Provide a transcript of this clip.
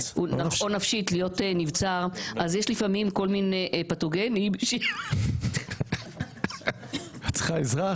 נפשית להיות נבצר אז יש לפעמים כל מיני פתוגנים --- את צריכה עזרה,